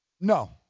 No